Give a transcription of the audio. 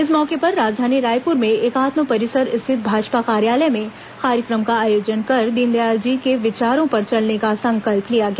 इस मौके पर राजधानी रायपुर में एकात्म परिसर स्थित भाजपा कार्यालय में कार्यक्रम का आयोजन कर दीनदयाल जी के विचारों पर चलने का संकल्प लिया गया